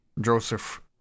Joseph